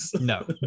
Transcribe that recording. No